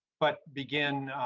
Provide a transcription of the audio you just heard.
but began.